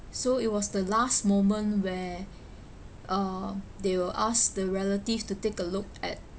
so it was the last moment where uh they will ask the relative to take a look at